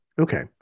Okay